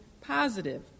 positive